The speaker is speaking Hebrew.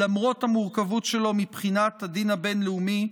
למרות המורכבות שלו מבחינת הדין הבין-לאומי,